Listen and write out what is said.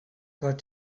got